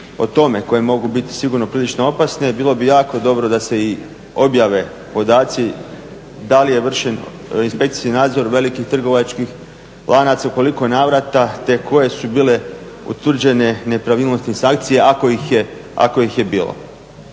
o tome koje mogu biti sigurno prilično opasne bilo bi jako dobro da se i objave podaci da li je vršen inspekcijski nadzor velikih trgovačkih lanaca, u koliko navrata, te koje su bile utvrđene nepravilnosti i sankcije ako ih je bilo.